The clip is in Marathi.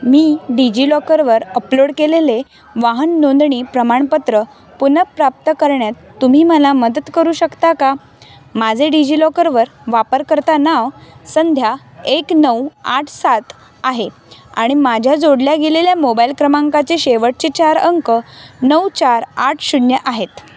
मी डिजि लॉकरवर अपलोड केलेले वाहन नोंदणी प्रमाणपत्र पुन प्राप्त करण्यात तुम्ही मला मदत करू शकता का माझे डिजि लॉकरवर वापरकर्ता नाव संध्या एक नऊ आठ सात आहे आणि माझ्या जोडल्या गेलेल्या मोबाईल क्रमांकाचे शेवटचे चार अंक नऊ चार आठ शून्य आहेत